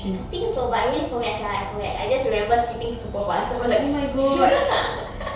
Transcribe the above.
I think so but I really forget sia I forget I just remember skipping super fast I was like